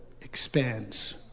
expands